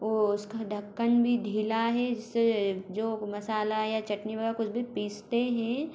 वो उसका ढक्कन भी ढीला है जिससे जो मसाला या चटनी वगैरह कुछ भी पीसते हैं